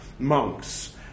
Monks